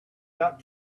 got